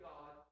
God